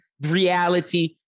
reality